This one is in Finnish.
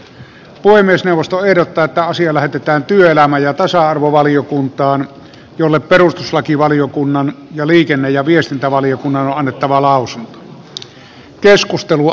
puhemiesneuvosto ehdottaa että asia lähetetään työelämä ja tasa arvovaliokuntaan jolle perustuslakivaliokunnan ja liikenne ja viestintävaliokunnan on annettava lausunto